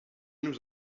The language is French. nous